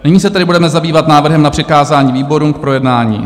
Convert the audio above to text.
Nyní se tedy budeme zabývat návrhem na přikázání výborům k projednání.